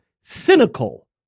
cynical